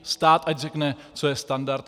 Stát ať řekne, co je standard.